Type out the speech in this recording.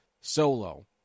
solo